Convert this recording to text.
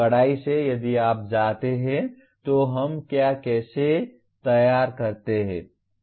कड़ाई से यदि आप जाते हैं तो हम क्या कैसे तय करते हैं